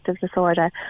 disorder